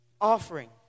offering